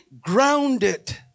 grounded